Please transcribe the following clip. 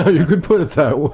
you can put it that way,